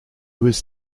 was